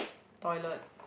toilet